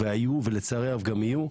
והיו ולצערי אף גם יהיו,